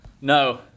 No